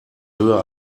höher